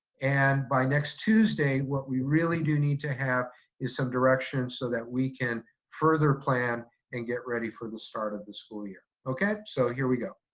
and by next tuesday what we really do need to have is some direction so that we can further plan and get ready for the start of the school year. okay, so here we go.